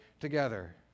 together